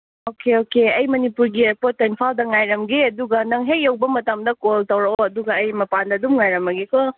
okay okay ꯑꯩ ꯃꯅꯤꯄꯨꯔꯒꯤ ꯏꯌꯥꯔꯄꯣꯔꯠꯇ ꯏꯝꯐꯥꯜꯗ ꯉꯥꯏꯔꯝꯒꯦ ꯑꯗꯨꯒ ꯅꯪ ꯍꯦꯛ ꯌꯧꯕ ꯃꯇꯝꯗ ꯀꯣꯜ ꯇꯧꯔꯛꯑꯣ ꯑꯗꯨꯒ ꯑꯩ ꯃꯄꯥꯟꯗ ꯑꯗꯨꯝ ꯉꯥꯏꯔꯝꯃꯒꯦꯀꯣ